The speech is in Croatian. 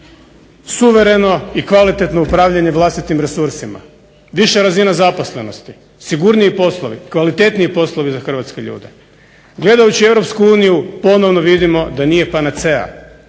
suvereno i kvalitetno upravljanje vlastitim resursima, viša razina zaposlenosti, sigurniji poslovi, kvalitetniji poslovi za hrvatske ljude. Gledajući EU ponovno vidimo da nije panaceja.